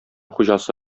хуҗасы